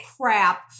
crap